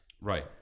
Right